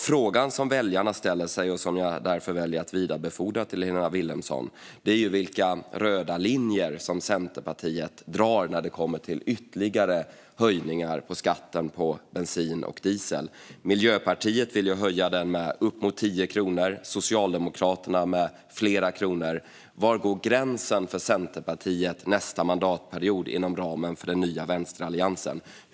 Frågan som väljarna ställer sig, och som jag därför väljer att vidarebefordra till Helena Vilhelmsson, är vilka röda linjer som Centerpartiet drar när det kommer till ytterligare höjningar av skatten på bensin och diesel. Miljöpartiet vill höja den med uppemot 10 kronor, Socialdemokraterna med flera kronor. Var går gränsen för Centerpartiet nästa mandatperiod inom ramen för den nya vänsteralliansen?